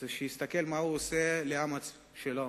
שיסתכל מה שהוא עושה לעם שלו,